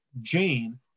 jane